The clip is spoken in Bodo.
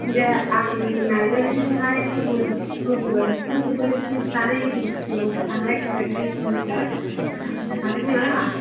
दे आं नायनानैहाय होबोगोन सुफुंजोबगोन नोंसोरनि जानाय आरि केम्पआव थानाय गाननाय द्रेसखौ नोंसोर बारा सिन्था खालामनाङा